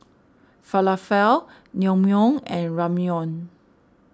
Falafel Naengmyeon and Ramyeon